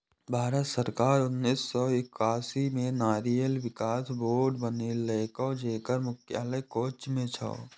भारत सरकार उन्नेस सय एकासी मे नारियल विकास बोर्ड बनेलकै, जेकर मुख्यालय कोच्चि मे छै